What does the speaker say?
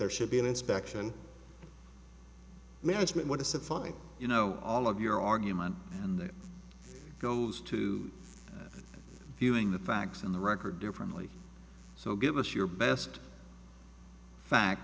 there should be an inspection management to set fine you know all of your argument and that goes to viewing the facts in the record differently so give us your best fact